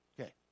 Okay